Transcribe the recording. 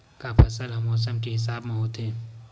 का फसल ह मौसम के हिसाब म होथे?